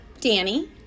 Danny